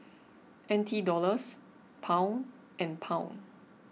N T Dollars Pound and Pound